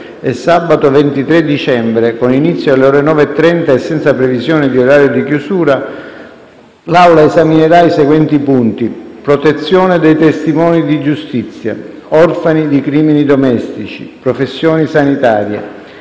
e sabato 23 dicembre, con inizio alle ore 9,30 e senza previsione di orario di chiusura, l'Aula esaminerà i seguenti punti: protezione dei testimoni di giustizia, orfani di crimini domestici, professioni sanitarie,